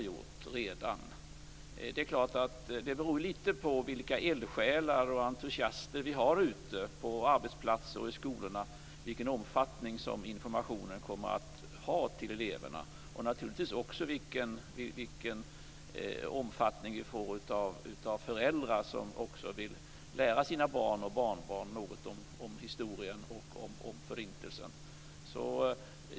Vilken omfattning som informationen till eleverna kommer att ha beror litet på vilka eldsjälar och entusiaster vi har ute på arbetsplatser och i skolor, och naturligtvis också på i vilken omfattning föräldrarna vill lära sina barn och barnbarn något om historien och Förintelsen.